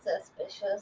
suspicious